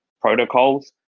protocols